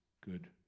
good